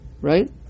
Right